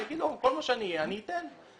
אני אומר לו שאני אתן הכול.